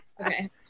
Okay